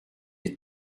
des